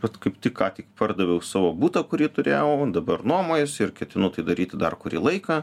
vat kaip tik ką tik pardaviau savo butą kurį turėjau dabar nuomojuosi ir ketinu tai daryti dar kurį laiką